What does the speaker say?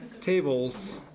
tables